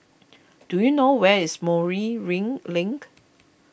do you know where is Moreel ring Link